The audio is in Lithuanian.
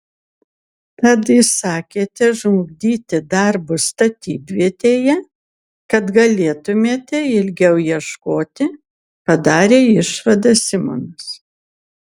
tad įsakėte žlugdyti darbus statybvietėje kad galėtumėte ilgiau ieškoti padarė išvadą simonas